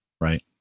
right